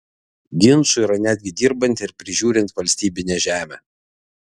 ginčų yra netgi dirbant ir prižiūrint valstybinę žemę